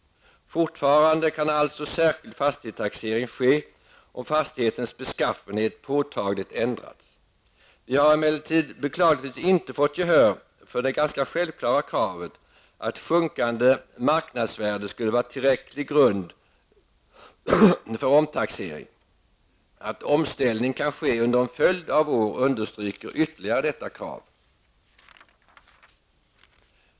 Fortfarande kan särskild fastighetstaxering ske om fastighetens beskaffenhet påtagligt ändrats. Vi har emellertid beklagligtvis inte fått gehör för det ganska självklara kravet på att sjunkande marknadsvärde skulle vara en tillräcklig grund för omtaxering. Att omställningen kan ske under en följd av år understryker ytterligare detta krav.